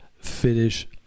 finish